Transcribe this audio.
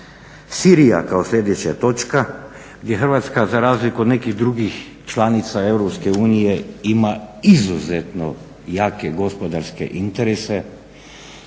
Sirija kao sljedeća točka gdje Hrvatska za razliku od nekih drugih članica EU ima izuzetno jake gospodarske interese,